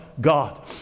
god